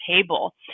table